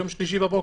ביום שלישי בבוקר.